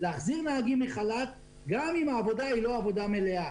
להחזיר נהגים מחל"ת גם אם העבודה היא לא עבודה מלאה.